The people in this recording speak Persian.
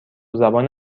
زبان